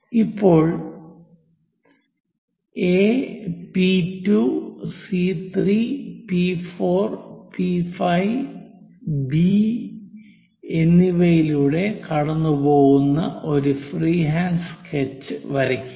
ഇപ്പോൾ A P 2 C 3 P 4 P 5 B A P2 C3 P4 P5 B എന്നിവയിലൂടെ കടന്നുപോകുന്ന ഒരു ഫ്രീഹാൻഡ് സ്കെച്ച് വരയ്ക്കുക